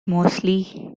mostly